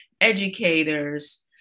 educators